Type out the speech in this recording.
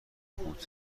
بود